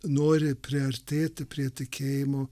nori priartėti prie tikėjimo